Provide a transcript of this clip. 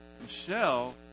Michelle